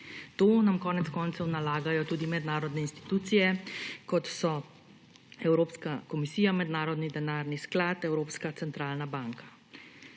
To nam konec koncev nalagajo tudi mednarodne institucije, kot so Evropska komisija, Mednarodni denarni sklad, Evropska centralna banka.